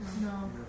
No